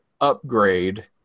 upgrade